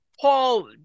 Paul